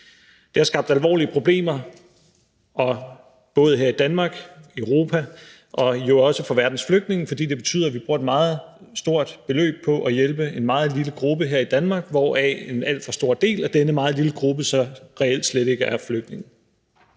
Det har skabt alvorlige problemer både her i Danmark og i Europa og jo også for verdens flygtninge, for det betyder, at vi bruger et meget stort beløb på at hjælpe en meget lille gruppe her i Danmark, hvoraf en alt for stor del af denne meget lille gruppe reelt slet ikke er flygtninge.